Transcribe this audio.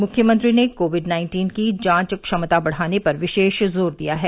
मुख्यमंत्री ने COVID nineteen की जांच क्षमता बढ़ाने पर विशेष जोर दिया है